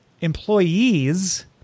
employees